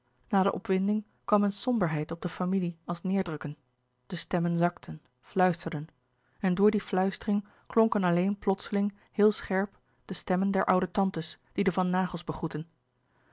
na de opwinding kwam een somberheid op de familie als neêrdrukken de stemmen zakten fluisterden en door die fluistering klonken alleen plotseling heel scherp de stemmen der oude tantes die de van naghels begroetten